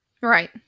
Right